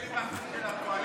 פיליבסטר של,